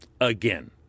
again